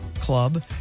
Club